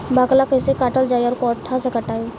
बाकला कईसे काटल जाई औरो कट्ठा से कटाई?